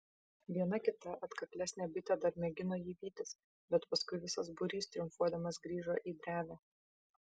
viena kita atkaklesnė bitė dar mėgino jį vytis bet paskui visas būrys triumfuodamas grįžo į drevę